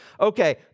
Okay